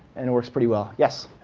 and it works pretty well. yes.